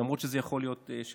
למרות שזה יכול של כמה.